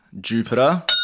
Jupiter